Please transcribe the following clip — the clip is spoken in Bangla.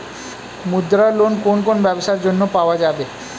মুদ্রা লোন কোন কোন ব্যবসার জন্য পাওয়া যাবে?